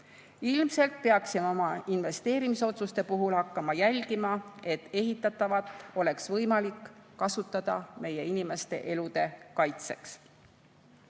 Ilmselt peaksime oma investeerimisotsuste puhul hakkama jälgima, et ehitatavat oleks võimalik kasutada meie inimeste elude kaitseks. Head